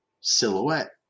silhouette